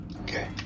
Okay